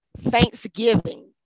thanksgiving